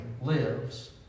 lives